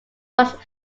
must